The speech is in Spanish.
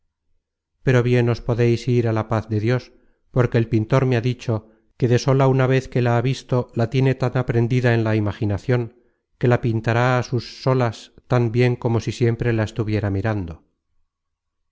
pero bien os podeis ir á la paz de dios porque el pintor me ha dicho que de sola una vez que la ha visto la tiene tan aprendida en la imaginacion que la pintará á sus solas tan bien como si siempre la estuviera mirando